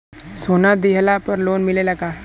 सोना दिहला पर लोन मिलेला का?